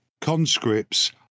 conscripts